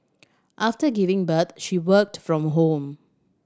after giving birth she worked from home